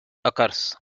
occurs